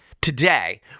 today